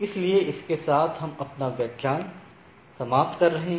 इसलिए इसके साथ हम अपना व्याख्यान समाप्त करते हैं